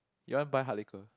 you want buy hard liquor